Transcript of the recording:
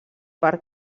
per